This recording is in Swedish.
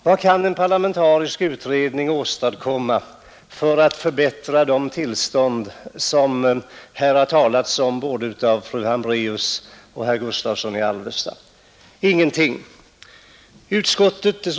Vad kan en parlamentarisk utredning åstadkomma för att förbättra de tillstånd som både fru Hambraeus och herr Gustavsson i Alvesta har talat om? Ingenting.